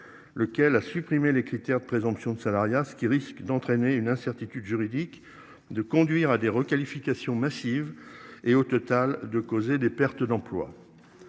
Lequel a supprimé les critères de présomption de salariat ce qui risque d'entraîner une incertitude juridique de conduire à des requalifications massives et au total de causer des pertes d'emplois.